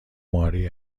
ماری